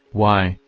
why,